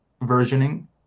versioning